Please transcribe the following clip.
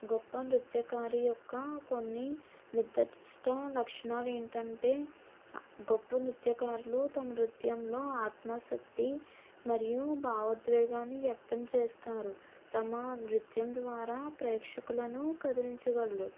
గొప్ప నృత్యకారి యొక్క కొన్ని నిర్దృష్ట లక్షణాలు ఏంటంటే గొప్ప నృత్యకారులు తమ నృత్యంలో ఆత్మశుద్ధి మరియు భావోద్వేగాన్ని వ్యక్తం చేస్తారు తమ నృత్యం ద్వారా ప్రేక్షకులను కదిలించగలరు